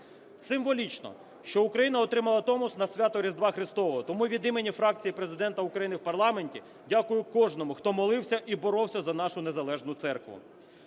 Символічно, що Україна отримала Томос на свято Різдва Христового, тому від імені фракції Президента України в парламенті дякую кожному, хто молився і боровся за нашу незалежну церкву.